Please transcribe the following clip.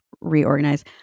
reorganize